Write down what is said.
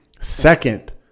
Second